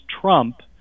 trump